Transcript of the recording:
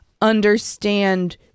understand